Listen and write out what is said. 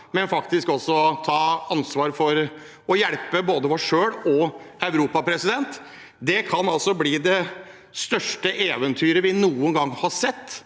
men faktisk ta ansvar for å hjelpe både oss selv og Europa. Det kan altså bli det største eventyret vi noen gang har sett,